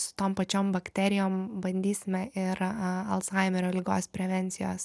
su tom pačiom bakterijom bandysime yra alzhaimerio ligos prevencijos